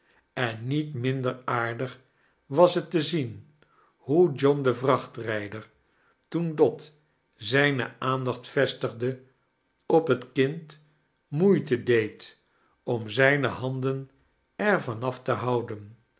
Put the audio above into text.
en niet minder aarddg was hett te eden hoe john de vrachtrijder toen dot zijne aandacht vestdgde op het kind moeite deed om zijne handen er van af te houden